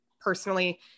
personally